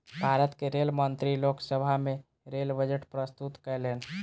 भारत के रेल मंत्री लोक सभा में रेल बजट प्रस्तुत कयलैन